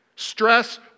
Stress